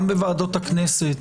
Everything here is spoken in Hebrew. גם בוועדות הכנסת,